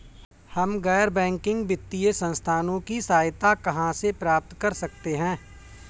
हम गैर बैंकिंग वित्तीय संस्थानों की सहायता कहाँ से प्राप्त कर सकते हैं?